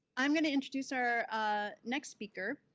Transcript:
i'm gonna introduce our ah next speaker,